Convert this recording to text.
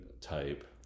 type